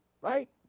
right